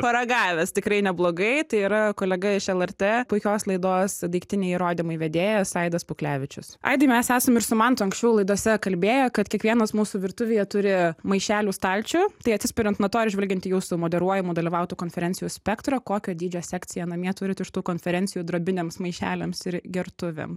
paragavęs tikrai neblogai tai yra kolega iš lrt puikios laidos daiktiniai įrodymai vedėjas aidas puklevičius aidai mes esam ir su mantu anksčiau laidose kalbėjo kad kiekvienas mūsų virtuvėje turi maišelių stalčių tai atsispiriant nuo to ir žvelgiant į jūsų moderuojamų dalyvautų konferencijų spektrą kokio dydžio sekciją namie turit iš tų konferencijų darbiniams maišeliams ir gertuvėm